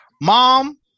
Mom